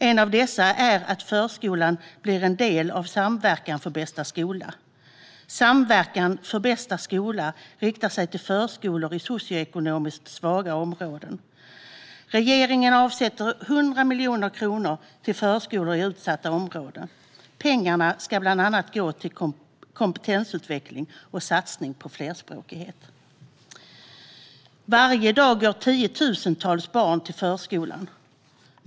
En av dessa är att förskolan blir en del av Samverkan för bästa skola. Samverkan för bästa skola riktar sig till förskolor i socioekonomiskt svaga områden. Regeringen avsätter 100 miljoner kronor till förskolor i utsatta områden. Pengarna ska bland annat gå till kompetensutveckling och satsning på flerspråkighet. Varje dag går tiotusentals barn till förskolan.